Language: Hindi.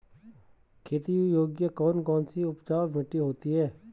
खेती योग्य कौन कौन सी उपजाऊ मिट्टी होती है?